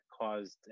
caused